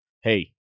hey